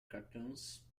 cartoons